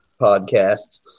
podcasts